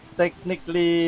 technically